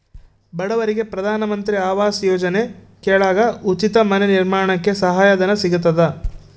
ಬಡವರಿಗೆ ಪ್ರಧಾನ ಮಂತ್ರಿ ಆವಾಸ್ ಯೋಜನೆ ಕೆಳಗ ಉಚಿತ ಮನೆ ನಿರ್ಮಾಣಕ್ಕೆ ಸಹಾಯ ಧನ ಸಿಗತದ